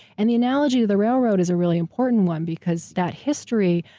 and the analogy of the railroad is a really important one because that history.